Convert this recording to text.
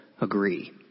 agree